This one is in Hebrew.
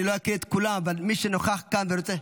אני לא אקריא את כולן, אבל מי שנוכח כאן ורוצה,